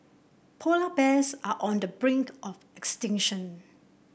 polar bears are on the brink of extinction